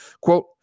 Quote